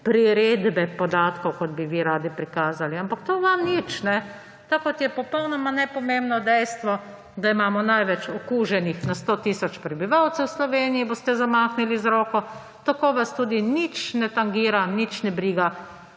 priredbe podatkov, kot bi vi radi prikazali, ampak to je vam nič; tako kot je popolnoma nepomembno dejstvo, da imamo največ okuženih na 100 tisoč prebivalcev v Sloveniji – boste zamahnili z roko; tako vas tudi nič ne tangira, nič ne briga,